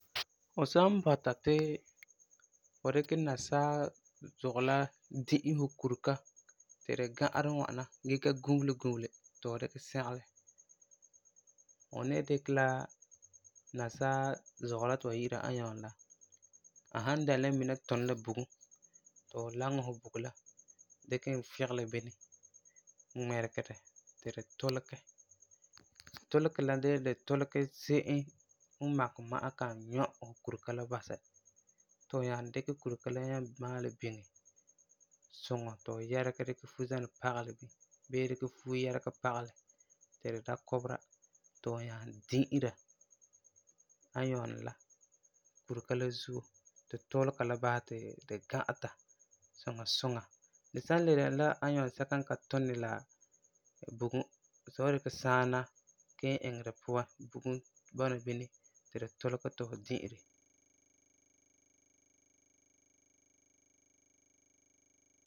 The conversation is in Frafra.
Fu san bɔta ti fu dikɛ nasaa zugɔ la di'e fu kurega ti di ga'arɛ ŋwana gee ka gubele gubele ti fu dikɛ sɛgelɛ, fu ni dikɛ la nasaa zugɔ la ti ba yi'ira iron la. A san dɛna la mina n tuni la bugum ti fu laŋɛ bugum la dikɛ n figelɛ bini, ŋmɛregɛ di ti di tulegɛ. Tulegerɛ la de la di tulegɛ se'em n makɛ ma'a kan nyɛ kurega la basɛ, ti fu nyaa dikɛ kurega la nyaa maalɛ biŋe suŋɔ ti fu yɛregɛ dikɛ fuzanɛ pagelɛ, bii dikɛ fuo yɛregɛ pagelɛ ti di da kubera, ti fu nyaa di'ira iron la kurega la zuo ti tuulega la basɛ ti di ga'ata suŋa suŋa. Di san le dɛna la iron sɛka ka tuni la bugum, fu wan dikɛ saana kelum iŋɛ di puan ti bugum bɔna bini, ti di tulegɛ ti fu di'ira.